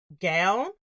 gown